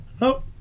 Nope